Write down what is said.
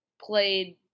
played